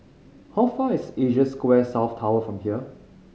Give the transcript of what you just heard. how far is Asia Square South Tower from here